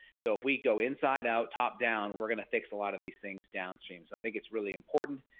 so if we go inside out top down we're going to fix a lot of these things downstream so i think it's really important.